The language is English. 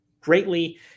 greatly